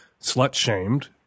slut-shamed